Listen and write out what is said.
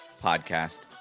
podcast